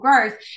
growth